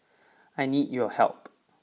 I need your help